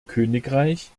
königreich